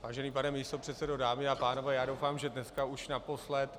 Vážený pane místopředsedo, dámy a pánové, doufám, že dnes už naposledy.